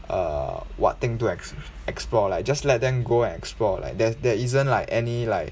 err what thing to ex~ explore like just let them go and explore like there's there isn't like any like